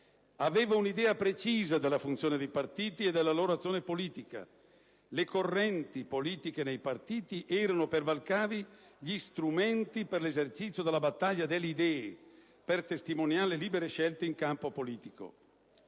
Aveva un'idea precisa della funzione dei partiti e della loro azione politica. Le correnti politiche nei partiti erano per Valcavi gli strumenti per l'esercizio della battaglia delle idee, per testimoniare libere scelte in campo politico.